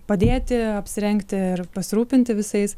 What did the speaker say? padėti apsirengti ir pasirūpinti visais